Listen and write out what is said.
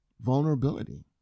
vulnerability